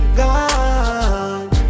gone